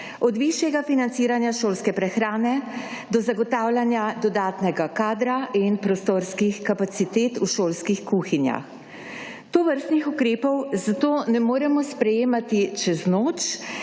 od višjega financiranja šolske prehrane do zagotavljanja dodatnega kadra in prostorskih kapacitet v šolskih kuhinjah. Tovrstnih ukrepov zato ne moremo sprejemati čez noč